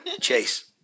Chase